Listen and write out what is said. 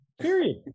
Period